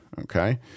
okay